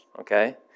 okay